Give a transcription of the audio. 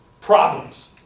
problems